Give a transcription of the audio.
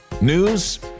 News